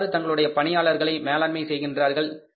எவ்வாறு தங்களுடைய பணியாளர்களை மேலாண்மை செய்கின்றார்கள்